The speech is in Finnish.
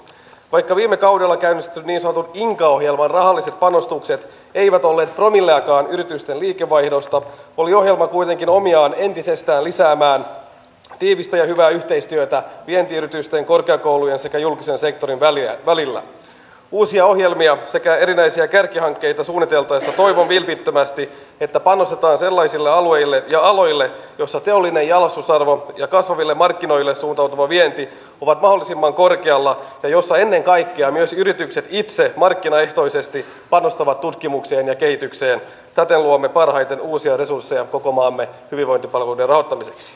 vaikka viime kaudella käynnistyneen sovun hinta ohjelman rahalliset panostukset eivät olleet monille aikaan yritysten liikevaihdosta oli ohjelma kuitenkin omiaan entisestään meidän sosiaali ja terveydenhuoltomme ei tule ikinä selviämään ellemme me ihan aidosti etsi uusia ohjelmia sekä erinäisiä kärkihankkeita suunniteltaessa toivon vilpittömästi että panostetaan sellaisille alueille ja aloille toimintamalleja esimerkiksi lapsi ja kasvaville markkinoille suuntautuva vienti ovat walesiman korkealla jo ennen kaikkea perhetyöhön tai ikääntyvien ihmisten kotihoitoon perhehoitoon ja kehitykseen tapelluomme parhaiten uusia resursseja koko maamme niin edelleen